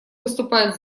выступает